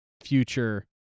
future